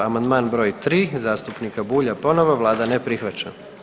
Amandman br. 3, zastupnika Bulj, ponovo, Vlada ne prihvaća.